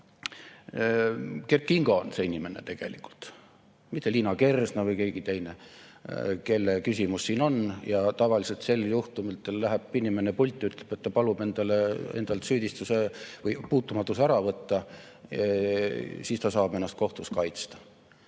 Kert Kingo on see inimene tegelikult, mitte Liina Kersna või keegi teine, kelle küsimus siin on. Tavaliselt sel juhtumil läheb inimene pulti ja ütleb, et ta palub endalt puutumatus ära võtta, siis ta saab ennast kohtus kaitsta.